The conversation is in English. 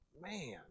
Man